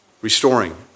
restoring